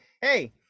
hey